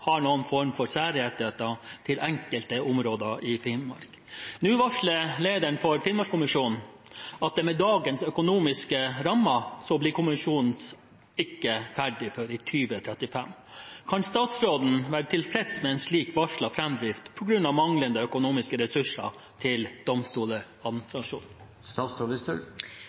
har noen form for særrettigheter til enkelte områder i Finnmark. Nå varsler leder for Finnmarkskommisjonen at med dagens økonomiske rammer blir kommisjonen ikke ferdig før i 2035. Kan statsråden være tilfreds med en slik varslet fremdrift på grunn av manglende økonomiske ressurser til